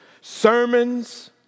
sermons